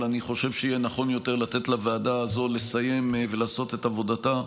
אבל אני חושב שיהיה נכון יותר לתת לוועדה הזאת לסיים ולעשות את עבודתה,